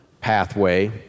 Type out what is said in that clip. pathway